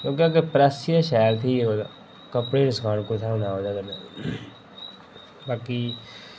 अग्गै अग्गै प्रेस शैल थी कपड़े बी सखाने कुत्थै एह्दे कन्नै एह् बाकी